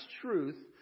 truth